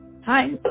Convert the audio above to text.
Hi